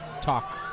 talk